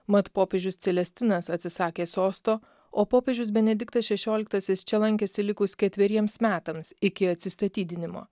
mat popiežius celestinas atsisakė sosto o popiežius benediktas šešioliktasis čia lankėsi likus ketveriems metams iki atsistatydinimo